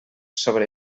sobre